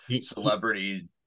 celebrity